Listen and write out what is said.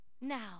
Now